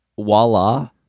voila